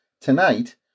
Tonight